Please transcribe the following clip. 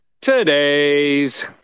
Today's